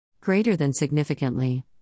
Greater-than-significantly